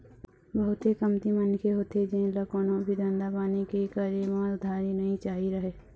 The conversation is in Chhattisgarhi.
बहुते कमती मनखे होथे जेन ल कोनो भी धंधा पानी के करे म उधारी नइ चाही रहय